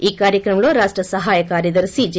ఈ కార్యక్రమంలో రాష్ట సహాయ కార్యదర్న జె